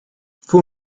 fue